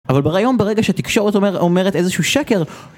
אבל ברעיון ברגע שתקשורת אומרת איזשהו שקר